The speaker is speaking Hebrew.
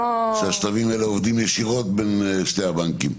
השלבים האלה עובדים ישירות בין שני הבנקים?